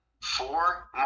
Four